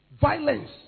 Violence